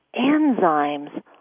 enzymes